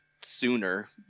sooner